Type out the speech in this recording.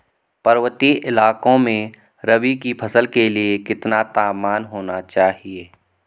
पर्वतीय इलाकों में रबी की फसल के लिए कितना तापमान होना चाहिए?